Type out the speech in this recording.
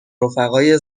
رفقای